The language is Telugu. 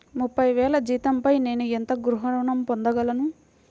ముప్పై వేల జీతంపై నేను ఎంత గృహ ఋణం పొందగలను?